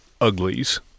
uglies